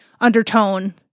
undertone